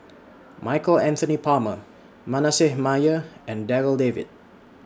Michael Anthony Palmer Manasseh Meyer and Darryl David